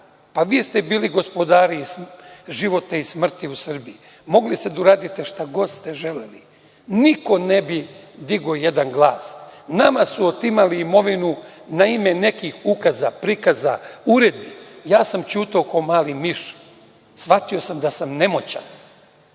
Pa vi ste bili gospodari života i smrti u Srbiji. Mogli ste da uradite šta god ste želeli. Niko ne bi digao jedan glas. Nama su otimali imovinu na ime nekih ukaza, prikaza, uredbi, ja sam ćutao kao mali miš, shvatio sam da sam nemoćan,